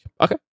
Okay